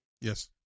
Yes